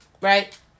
right